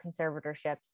conservatorships